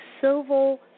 civil